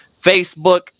Facebook